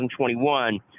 2021